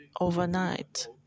overnight